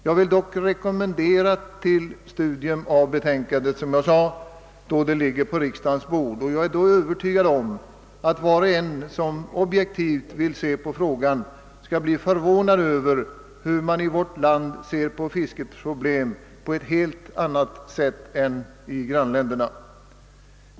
Jag är övertygad om att var och en som vill se objektivt på frågan kommer att bli förvånad över att man i vårt land ser på fiskets problem på ett helt annat sätt än man gör i grannländerna.